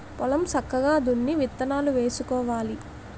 పొలం సక్కగా దున్ని విత్తనాలు వేసుకోవాలి